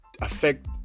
affect